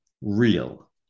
real